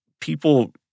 people